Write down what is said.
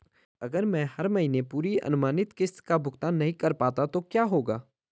अगर मैं हर महीने पूरी अनुमानित किश्त का भुगतान नहीं कर पाता तो क्या होगा?